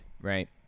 right